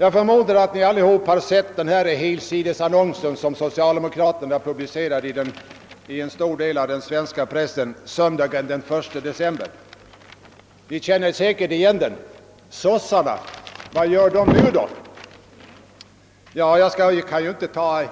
Jag förmodar att ni alla har sett den helsidesannons som socialdemokraterna publicerade i en stor del av den svenska pressen söndagen den 1 december. Ni känner säkert igen den: »SOS SARNA — vad gör dom nu då?» Jag kan ju inte läsa